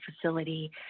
facility